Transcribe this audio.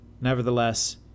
Nevertheless